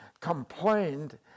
complained